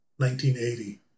1980